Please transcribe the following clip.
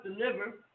deliver